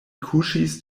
kuŝis